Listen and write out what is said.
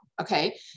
okay